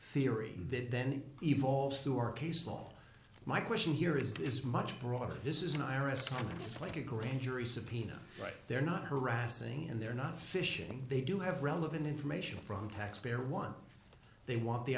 law my question here is much broader this is an iris scan it's like a grand jury subpoena right they're not harassing and they're not fishing they do have relevant information from taxpayer want they want the